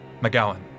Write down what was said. McGowan